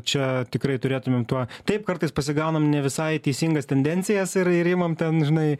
čia tikrai turėtumėm tuo taip kartais pasigaunam ne visai teisingas tendencijas ir ir imam ten žinai